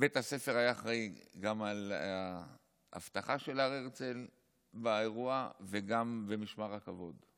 בית הספר היה אחראי גם לאבטחה של הר הרצל באירוע וגם למשמר הכבוד.